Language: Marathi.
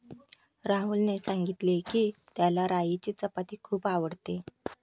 राहुलने सांगितले की, त्याला राईची चपाती खूप आवडते